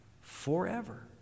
forever